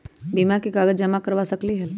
बीमा में कागज जमाकर करवा सकलीहल?